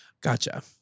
Gotcha